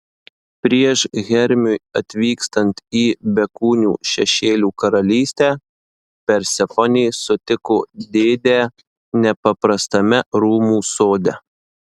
prieš hermiui atvykstant į bekūnių šešėlių karalystę persefonė sutiko dėdę nepaprastame rūmų sode